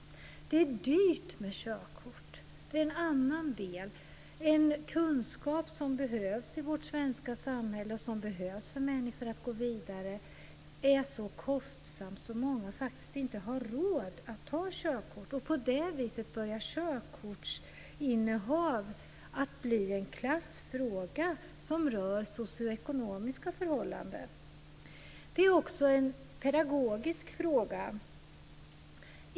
Det är dyrt med körkort. Det är en annan del. Detta är en kunskap som behövs i vårt svenska samhälle och som människor behöver för att gå vidare, men som är så kostsam att många faktiskt inte har råd att ta körkort. På det viset börjar körkortsinnehav att bli en klassfråga som rör socio-ekonomiska förhållanden. Det är också en pedagogisk fråga.